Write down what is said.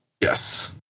Yes